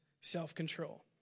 self-control